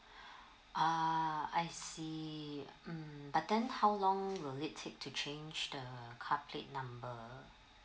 uh I see mm but then how long will it take to change the car plate number